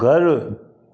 घरु